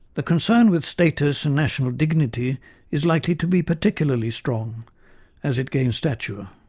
the concern with status and national dignity is likely to be particularly strong as it gains stature,